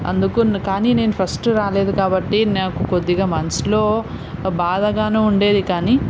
అందుకు కానీ నేను ఫస్ట్ రాలేదు కాబట్టి నాకు కొద్దిగా మనసులో బాధగాను ఉండేది కానీ